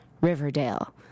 Riverdale